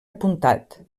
apuntat